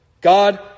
God